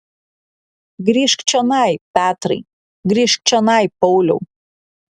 grįžk čionai petrai grįžk čionai pauliau